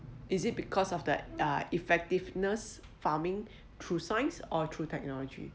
is it because of that uh effectiveness farming through science or through technology